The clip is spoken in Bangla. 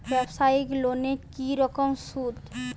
ব্যবসায়িক লোনে কি রকম সুদ?